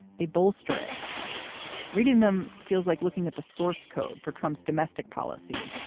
they bolster it reading them feels like looking at the source code for trump's domestic policy.